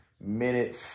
minute